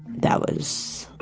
that was